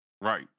Right